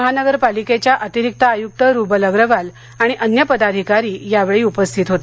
महानगरपालिकेच्या अतिरिक्त आयुक्त रुबल अग्रवाल आणि अन्य पदाधिकारी यावेळी उपस्थित होते